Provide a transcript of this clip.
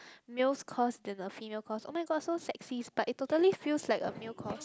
males course than a female course oh-my-god so sexist but it totally feels like a male course